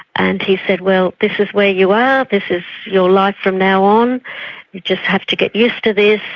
and he said, well, this is where you are, this is your life from now on, you'll just have to get used to this,